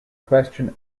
question